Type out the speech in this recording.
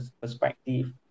perspective